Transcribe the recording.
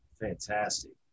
Fantastic